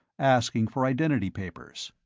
asking for identity papers.